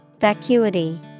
Vacuity